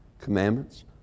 commandments